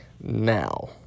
now